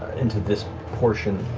into this portion.